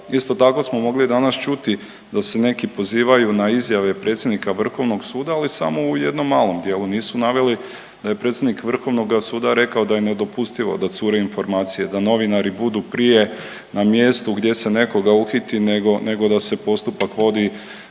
Isto tako smo mogli danas čuti da se neki pozivaju na izjave predsjednika vrhovnog suda, ali samo u jednom malom dijelu, nisu naveli da je predsjednik vrhovnoga suda rekao da je nedopustivo da cure informacije, da novinari budu prije na mjestu gdje se nekoga uhiti nego, nego da se postupak vodi